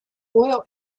oil